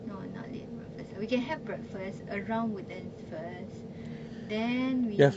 no not late breakfast we can have breakfast around woodlands first then we